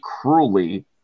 cruelly